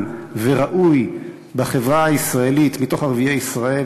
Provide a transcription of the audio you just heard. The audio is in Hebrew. וראוי בחברה הישראלית מתוך ערביי ישראל,